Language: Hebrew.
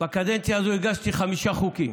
בקדנציה הזאת הגשתי חמישה חוקים.